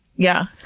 yeah,